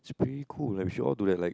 it's pretty cool right to show all to like